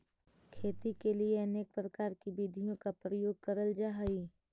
खेती के लिए अनेक प्रकार की विधियों का प्रयोग करल जा हई